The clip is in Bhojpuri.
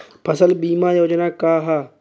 फसल बीमा योजना का ह?